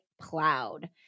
plowed